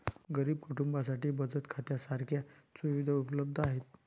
गरीब कुटुंबांसाठी बचत खात्या सारख्या सुविधा उपलब्ध आहेत